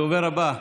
הדובר הבא,